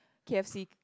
K F C